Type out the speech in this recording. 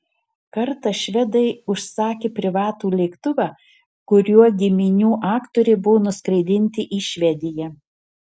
kartą švedai užsakė privatų lėktuvą kuriuo giminių aktoriai buvo nuskraidinti į švediją